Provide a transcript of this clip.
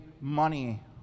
money